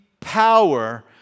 power